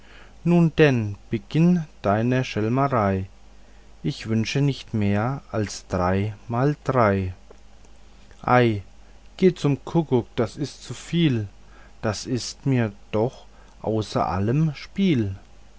nun denn beginn deine schelmerei ich wünsche nicht mehr als drei mal drei ei geht zum kuckuck das ist zu viel das ist mir doch außer allem spiel